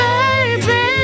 baby